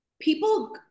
people